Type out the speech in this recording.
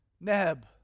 Neb